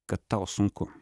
kad tau sunku